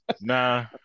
Nah